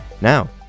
Now